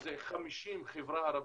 שזה 50 בחברה הערבית,